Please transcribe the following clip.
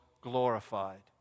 glorified